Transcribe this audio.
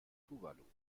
tuvalu